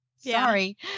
Sorry